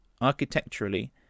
Architecturally